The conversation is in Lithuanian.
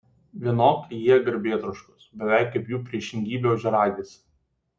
vienok jie garbėtroškos beveik kaip jų priešingybė ožiaragis